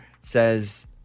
says